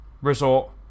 resort